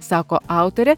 sako autorė